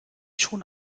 schon